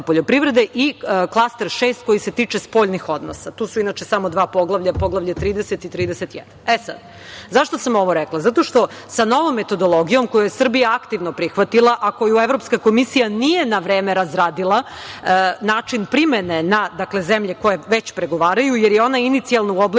Klaster 6 se tiče spoljnih odnosa. Tu su, inače, samo dva poglavlja – poglavlje 30 i 31.Zašto sam ovo rekla? Zato što sa novom metodologijom koju je Srbija aktivno prihvatila, a koju Evropska komisija nije na vreme razradila, način primene na zemlje koje već pregovaraju, jer je ona inicijalno uobličena